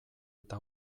eta